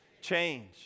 change